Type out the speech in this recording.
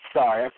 Sorry